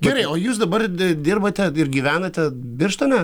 gerai o jūs dabar dirbate ir gyvenate birštone